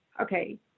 okay